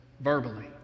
verbally